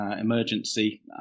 emergency